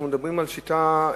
אנחנו מדברים על שיטה,